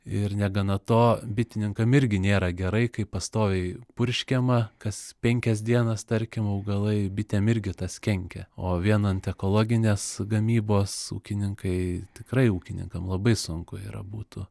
ir negana to bitininkam irgi nėra gerai kai pastoviai purškiama kas penkias dienas tarkim augalai bitėm irgi tas kenkia o vien ant ekologinės gamybos ūkininkai tikrai ūkininkam labai sunku yra būtų